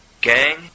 Gang